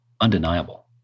undeniable